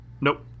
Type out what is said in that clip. Nope